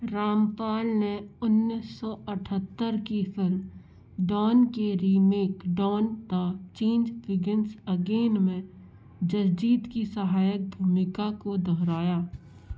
रामपाल ने उन्नीस सौ अठहत्तर की फिल्म डॉन के रीमेक डॉन द चिंज बिगिन्स अगेन में जसजीत की सहायक भूमिका को दोहराया